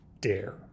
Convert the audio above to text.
dare